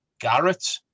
garrett